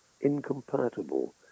incompatible